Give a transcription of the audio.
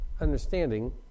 understanding